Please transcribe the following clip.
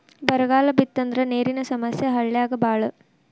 ಬರಗಾಲ ಬಿತ್ತಂದ್ರ ನೇರಿನ ಸಮಸ್ಯೆ ಹಳ್ಳ್ಯಾಗ ಬಾಳ